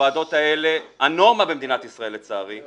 הוועדות האלה, הנורמה במדינת ישראל, לצערי,